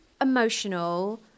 emotional